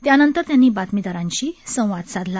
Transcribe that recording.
त्यानंतर त्यांनी बातमीदारांशी संवाद साधला